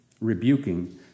rebuking